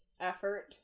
effort